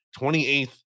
28th